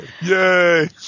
Yay